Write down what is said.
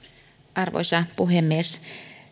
arvoisa puhemies